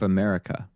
America